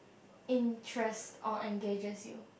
interest or engages you